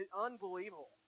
unbelievable